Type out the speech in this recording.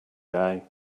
day